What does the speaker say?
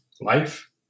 life